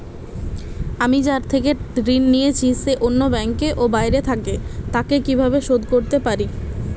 আমি যার থেকে ঋণ নিয়েছে সে অন্য ব্যাংকে ও বাইরে থাকে, তাকে কীভাবে শোধ করতে পারি?